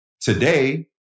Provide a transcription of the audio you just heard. Today